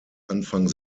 anfang